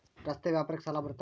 ರಸ್ತೆ ವ್ಯಾಪಾರಕ್ಕ ಸಾಲ ಬರುತ್ತಾ?